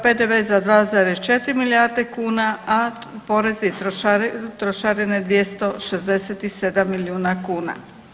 PDV-e za 2,4 milijarde kuna, a porezi i trošarine 267 milijuna kuna.